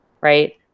right